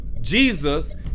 Jesus